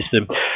system